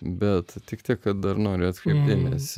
bet tik tiek kad dar noriu atkreipt dėmesį